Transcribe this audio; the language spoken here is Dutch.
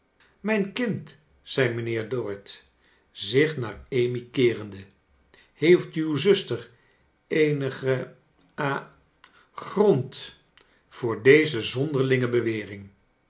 mijn kind zei mynheer dorrit zich naar amy keerende heeft uw zuster eenigen ha grond voor deze zonderlinge bewering